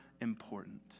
important